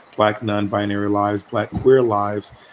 black, non-binding, realized black, queer lives.